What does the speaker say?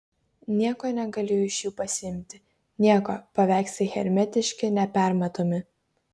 nieko negaliu iš jų pasiimti nieko paveikslai hermetiški nepermatomi